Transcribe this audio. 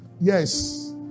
Yes